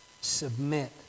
submit